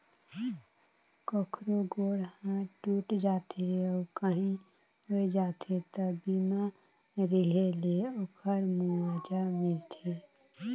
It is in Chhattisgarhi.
कखरो गोड़ हाथ टूट जाथे अउ काही होय जाथे त बीमा रेहे ले ओखर मुआवजा मिलथे